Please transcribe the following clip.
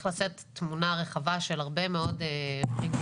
לשאת תמונה רחבה של הרבה מאוד רגולציה,